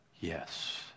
Yes